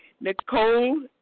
Nicole